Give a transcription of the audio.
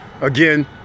Again